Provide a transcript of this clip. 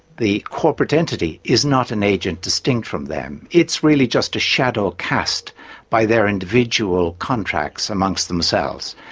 the corporate entity is not an agent distinct from them. it's really just a shadow cast by their individual contracts amongst themselves.